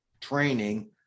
training